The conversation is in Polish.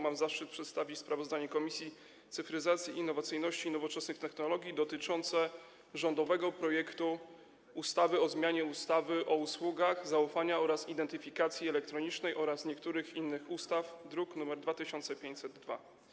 Mam zaszczyt przedstawić sprawozdanie Komisji Cyfryzacji, Innowacyjności i Nowoczesnych Technologii dotyczące rządowego projektu ustawy o zmianie ustawy o usługach zaufania oraz identyfikacji elektronicznej oraz niektórych innych ustaw, druk nr 2502.